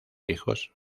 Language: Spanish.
hijos